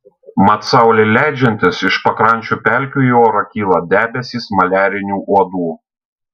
mat saulei leidžiantis iš pakrančių pelkių į orą kyla debesys maliarinių uodų